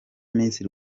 miss